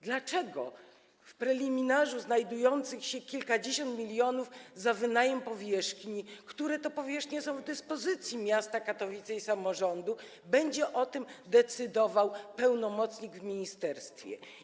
Dlaczego w preliminarzu o znajdujących się kilkudziesięciu milionach za wynajem powierzchni, które to powierzchnie są w dyspozycji miasta Katowice i samorządu, będzie decydował pełnomocnik w ministerstwie?